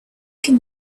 can